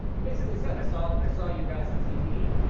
he basically said, i saw i saw you guys on tv.